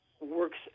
works